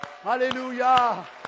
Hallelujah